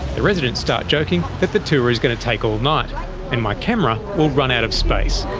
the residents start joking that the tour is going to take all night, and my camera will run out of space.